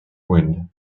wind